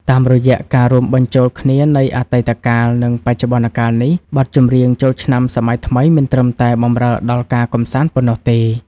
តាមរយៈការបញ្ចូលគ្នានៃអតីតកាល និងបច្ចុប្បន្នកាលនេះ បទចម្រៀងចូលឆ្នាំសម័យថ្មីមិនត្រឹមតែបម្រើដល់ការកម្សាន្តប៉ុណ្ណោះទេ។